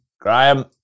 Graham